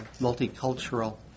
multicultural